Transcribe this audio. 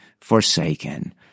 forsaken